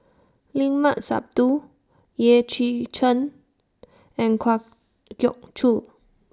Limat Sabtu Yeh Chi Chen and Kwa Geok Choo